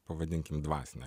pavadinkim dvasine